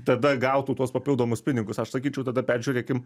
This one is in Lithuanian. tada gautų tuos papildomus pinigus aš sakyčiau tada peržiūrėkim